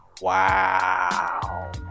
wow